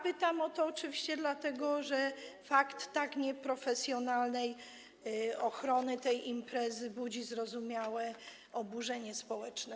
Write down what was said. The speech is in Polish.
Pytam o to oczywiście dlatego, że fakt tak nieprofesjonalnej ochrony tej imprezy budzi zrozumiałe oburzenie społeczne.